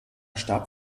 starb